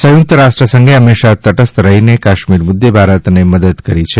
સંયુક્ત રાષ્ટ્રસંઘે ફંમેશા તટસ્થ રફીને કાશ્મીર મુદ્દે ભારતને મદદ કરી છે